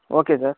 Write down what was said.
okay sir